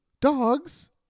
dogs